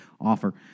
offer